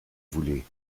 voulez